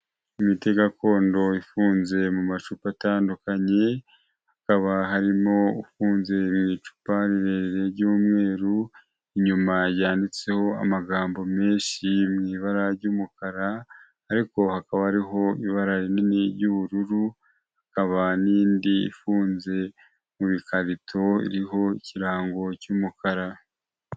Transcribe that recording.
Imiti gakondo ifunze mu macupa atandukanye, hakaba harimo ufunze mu icupa rirerire ry'umweru, inyuma ryanditseho amagambo menshi mu ibara ry'umukara ariko hakaba hariho ibara rinini ry'ubururu, hakaba n'indi ifunze mu ikarito iriho ikirango cy'umukara.